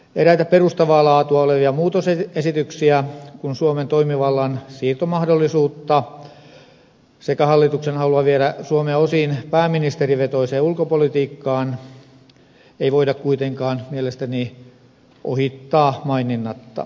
eräitä perustavaa laatua olevia muutosesityksiä kuten suomen toimivallan siirtomahdollisuutta sekä hallituksen halua viedä suomea osin pääministerivetoiseen ulkopolitiikkaan ei voida kuitenkaan mielestäni ohittaa maininnatta